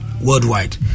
worldwide